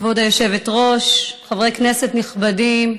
כבוד היושבת-ראש, חברי כנסת נכבדים,